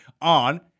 on